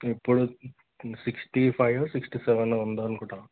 ఇప్పుడు sixty five sixty seven ఉంది అనుకుంటాను